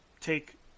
take